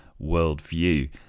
worldview